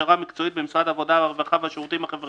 להכשרה מקצועית במשרד העבודה הרווחה והשירותים החברתיים